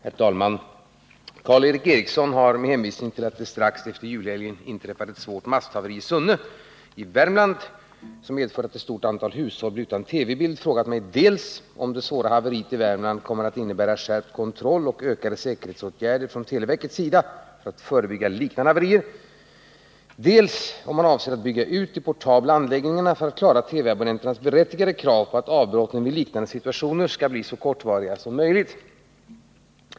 Herr talman! Karl Erik Eriksson har med hänvisning till att det strax efter julhelgen inträffade ett svårt masthaverii Sunne i Värmland, vilket medförde att ett stort antal hushåll blev utan TV-bild, frågat mig dels om det svåra att förhindra TV haverier haveriet i Värmland kommer att innebära skärpt kontroll och ökade säkerhetsåtgärder från televerkets sida för att förebygga liknande haverier, dels om man avser att bygga ut de portabla anläggningarna för att klara TV-abonnenternas berättigade krav på att avbrotten vid liknande situationer skall bli så kortvariga som möjligt.